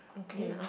okay